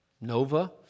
Nova